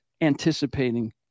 anticipating